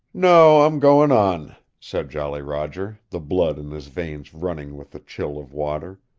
no, i'm going on, said jolly roger, the blood in his veins running with the chill of water.